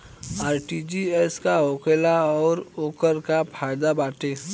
RTGS का होखेला और ओकर का फाइदा बाटे?